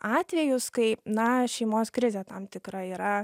atvejus kai na šeimos krizė tam tikra yra